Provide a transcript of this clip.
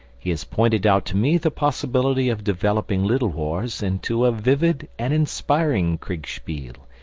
he has pointed out to me the possibility of developing little wars into a vivid and inspiring kriegspiel,